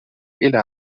إلى